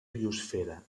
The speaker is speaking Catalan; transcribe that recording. biosfera